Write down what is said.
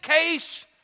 case